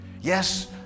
Yes